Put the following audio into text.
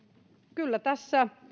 kyllä tässä